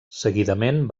seguidament